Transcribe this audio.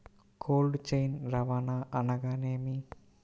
Cold chain రవాణా అనగా నేమి?